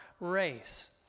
race